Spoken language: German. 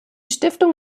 stiftung